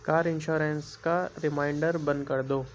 کار insurance کا reminder بند کر دو